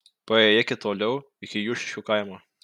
paėjėkit toliau iki juršiškių kaimo